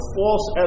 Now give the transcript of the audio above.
false